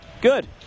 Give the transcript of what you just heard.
Good